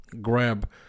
grab